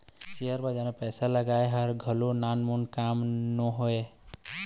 share बजार म पइसा के लगई ह घलोक नानमून काम नोहय